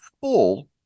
full